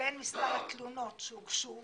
בין מספר התלונות שהוגשו